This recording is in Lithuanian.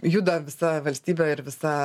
juda visa valstybė ir visa